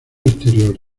exterior